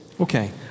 Okay